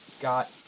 got